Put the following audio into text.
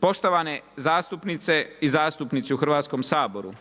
Poštovane zastupnice i zastupnici u Hrvatskom saboru,